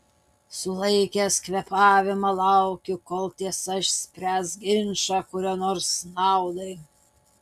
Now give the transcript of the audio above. sulaikęs kvėpavimą laukiu kol tiesa išspręs ginčą kurio nors naudai